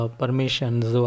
permissions